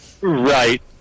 Right